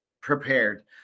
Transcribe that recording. prepared